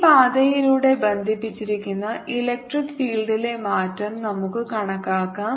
ഈ പാതയിലൂടെ ബന്ധിപ്പിച്ചിരിക്കുന്ന ഇലക്ട്രിക് ഫീൽഡിലെ മാറ്റം നമുക്ക് കണക്കാക്കാം